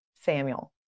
Samuel